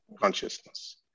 consciousness